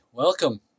Welcome